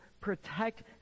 protect